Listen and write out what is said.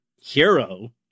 hero